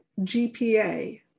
GPA